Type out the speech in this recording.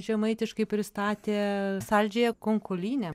žemaitiškai pristatė saldžiąją konkulynę